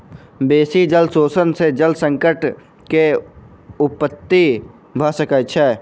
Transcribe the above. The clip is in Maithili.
बेसी जल शोषण सॅ जल संकट के उत्पत्ति भ सकै छै